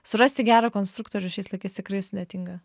surasti gerą konstruktorių šiais laikais tikrai sudėtinga